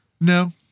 No